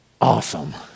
awesome